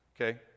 Okay